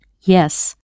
Yes